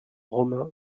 romain